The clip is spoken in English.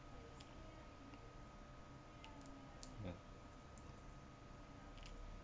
ya